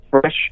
fresh